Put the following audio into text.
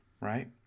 Right